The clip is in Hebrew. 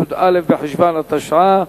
י"א בחשוון התשע"א,